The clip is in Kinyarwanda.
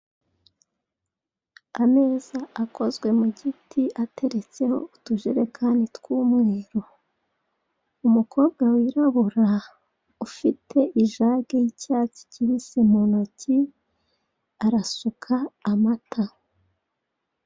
Ameza akozwe mu giti, ateretseho utujerekani tw'umweru. Umukobwa wirabura, ufite ijage y'icyatsi kibisi mu ntoki, arasuka amata.